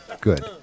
good